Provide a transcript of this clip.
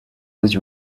was